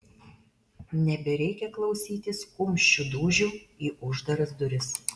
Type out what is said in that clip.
nebereikia klausytis kumščių dūžių į uždaras duris